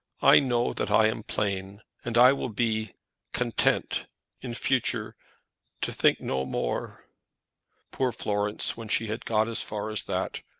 i know that i am plain, and i will be content in future to think no more poor florence, when she had got as far as that,